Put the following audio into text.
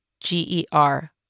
G-E-R